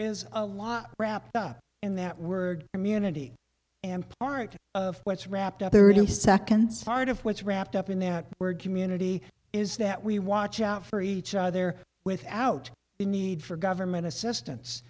is a lot wrapped up in that word community and part of what's wrapped up thirty seconds apart of what's wrapped up in that word community is that we watch out for each other without the need for government assistance